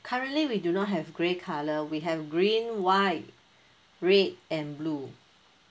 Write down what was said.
currently we do not have grey colour we have green white red and blue